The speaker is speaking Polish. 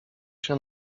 się